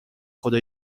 خدا